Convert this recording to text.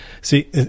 See